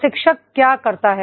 प्रशिक्षक क्या करता है